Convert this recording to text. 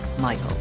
Michael